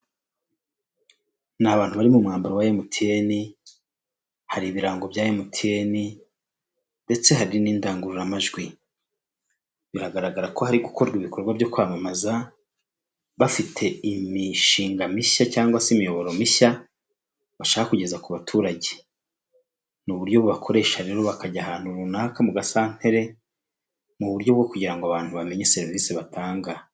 Ni bantu bari mu mwambaro wa emutiyeni, hari ibirango bya emutiyeni, ndetse hari n'indangururamajwi. Biragaragara ko hari gukorwa ibikorwa byo kwamamaza, bafite imishinga mishya cyangwa se imiyoboro mishya, bashaka kugeza ku baturage. Ni uburyo bakoresha rero bakajya ahantu runaka mu gasantere, mu buryo bwo kugira ngo abantu bamenye serivise batanga.